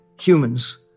humans